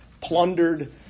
plundered